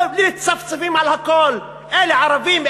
מצפצפים על הכול: אלה ערבים,